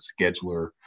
scheduler